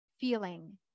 feeling